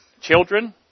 children